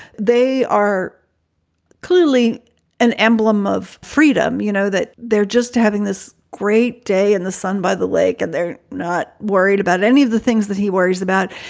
they are clearly an emblem of freedom, you know, that they're just having this great day in the sun by the lake, and they're not worried about any of the things that he worries about.